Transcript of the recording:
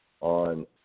on